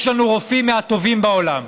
יש לנו רופאים מהטובים בעולם,